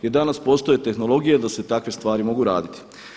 Jer danas postoje tehnologije da se takve stvari mogu raditi.